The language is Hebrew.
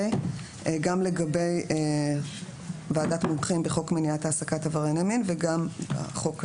גם לגבי ועדת מומחים בחוק מניעת העסקת עברייני מין וגם בחוק הזה.